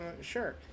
sure